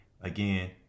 again